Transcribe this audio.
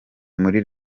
muri